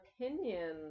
opinion